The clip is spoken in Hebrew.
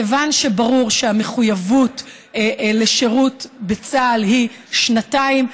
כיוון שברור שהמחויבות לשירות בצה"ל היא שנתיים,